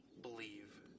believe